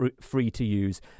free-to-use